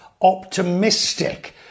optimistic